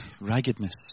raggedness